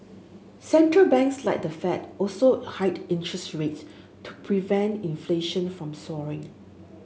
central banks like the Fed also hiked interest rates to prevent inflation from soaring